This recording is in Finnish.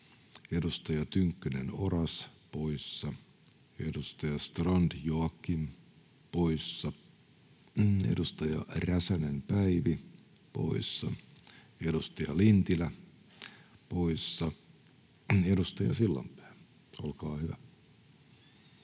Edustaja Tynkkynen, Oras, poissa. Edustaja Strand, Joakim, poissa. Edustaja Räsänen, Päivi, poissa. Edustaja Lintilä, poissa. — Edustaja Sillanpää, olkaa hyvä.